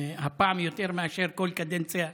הפעם יותר מאשר בכל קדנציה אחרת.